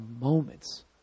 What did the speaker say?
moments